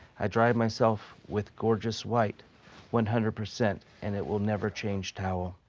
i dry myself with gorgeous white one hundred percent and it will never change towel.